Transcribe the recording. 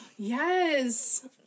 Yes